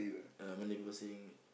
uh Malay people saying